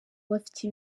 bafite